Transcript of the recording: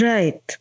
Right